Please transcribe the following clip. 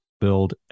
build